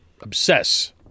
obsess